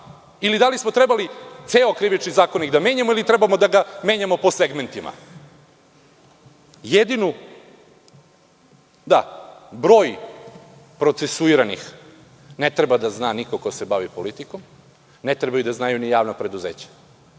ili da li smo trebali ceo Krivični zakonik da menjamo ili treba da ga menjamo po segmentima. Broj procesuiranih ne treba da zna niko ko se bavi politikom, ne treba da znaju ni javna preduzeća.